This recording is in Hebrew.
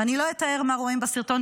ואני לא אתאר מה רואים בסרטון,